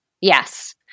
yes